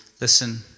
listen